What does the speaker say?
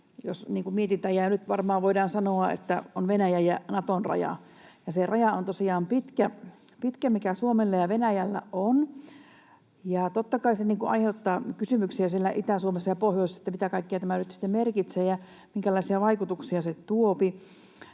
jos mietitään, ja nyt varmaan voidaan sanoa, että on Venäjän ja Naton raja. Ja se raja on tosiaan pitkä, mikä Suomella ja Venäjällä on. Totta kai se aiheuttaa kysymyksiä Itä-Suomessa ja pohjoisessa, mitä kaikkea tämä nyt sitten merkitsee ja minkälaisia vaikutuksia se tuopi.